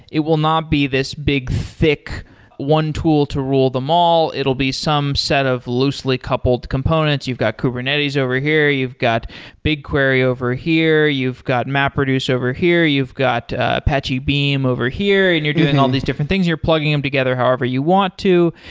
it will not be this big thick one tool to rule them all. it'll be some set of loosely coupled components. you've got kubernetes over here. you've got bigquery over here. you've got mapreduce over here. you've got to apache beam over here and you're doing all these different things and you're plugging them together however you want to,